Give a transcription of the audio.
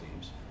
teams